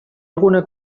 alguna